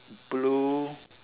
blue